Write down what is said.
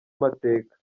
amateka